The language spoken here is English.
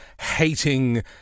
hating